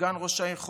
סגן ראש העיר חולון,